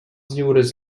lliures